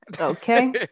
okay